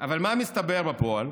אבל מה מסתבר בפועל?